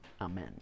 Amen